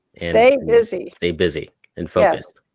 stay busy stay busy and focused.